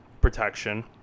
protection